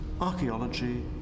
archaeology